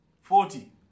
Forty